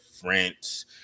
France